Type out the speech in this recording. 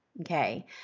Okay